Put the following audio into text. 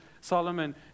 Solomon